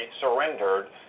surrendered